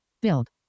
build